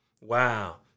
Wow